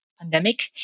pandemic